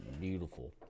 Beautiful